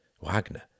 Wagner